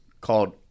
called